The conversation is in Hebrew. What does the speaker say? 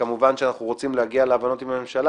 וכמובן שאנחנו רוצים להגיע להבנות עם הממשלה